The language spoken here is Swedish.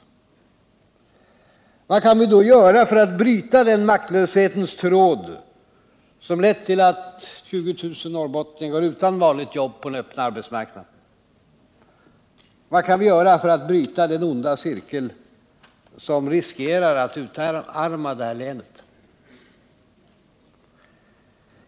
Vad kan vi då göra för att bryta den ”maktlöshetens tråd” som lett till att 20000 norrbottningar går utan vanligt jobb på den öppna arbetsmarknaden? Vad kan vi göra för att bryta den onda cirkel som riskerar att utarma detta län?